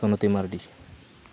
Sunoti Mardi